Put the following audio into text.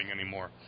anymore